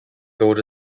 older